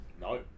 no